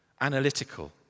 analytical